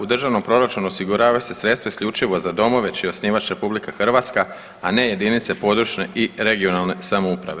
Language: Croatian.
U državnom proračunu osiguravaju se sredstva isključivo za domove čiji je osnivač RH a ne jedinice područne i regionalne samouprave.